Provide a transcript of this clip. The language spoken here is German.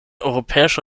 europäische